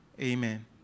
Amen